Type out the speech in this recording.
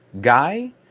guy